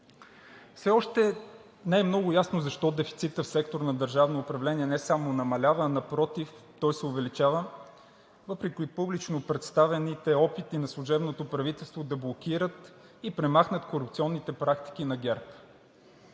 Все още не е много ясно защо дефицитът в сектор „Държавно управление“ не само намалява, а напротив, той се увеличава, въпреки публично представените опити на служебното правителство да блокират и премахнат корупционните практики на ГЕРБ